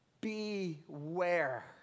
Beware